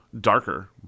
darker